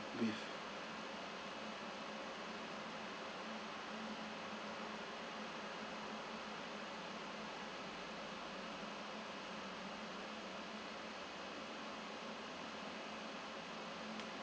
with